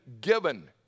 given